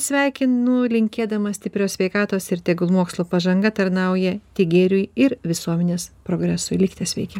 sveikinu linkėdama stiprios sveikatos ir tegul mokslo pažanga tarnauja tik gėriui ir visuomenės progresui likite sveiki